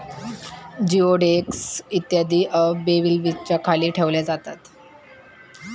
जिओडेक्स इत्यादी बेल्व्हियाच्या खाली ठेवल्या जातात